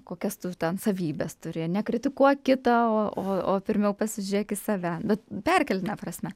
kokias tu ten savybes turi ar ne kritikuok kitą o o pirmiau pasižiūrėk į save bet perkeltine prasme